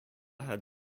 had